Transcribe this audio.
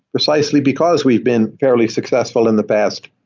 precisely because we've been fairly successful in the past.